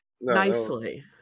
nicely